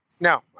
no